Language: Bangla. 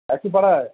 কাছিপাড়ায়